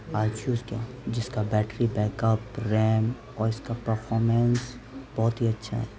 آج یوز کیا جس کا بیٹری بیک اپ ریم اور اس کا پرفامینس بہت ہی اچھا ہے